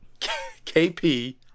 KP